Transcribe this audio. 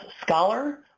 scholar